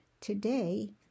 Today